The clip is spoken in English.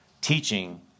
teaching